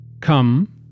come